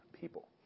people